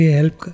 help